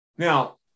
Now